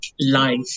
life